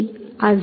તેથી આ 0